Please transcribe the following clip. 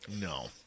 No